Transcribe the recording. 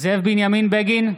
בנימין בגין,